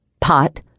pot